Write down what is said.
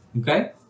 Okay